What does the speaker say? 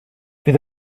fydd